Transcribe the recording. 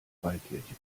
freikirche